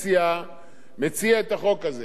מה לעשות, אני ממלא את תפקידי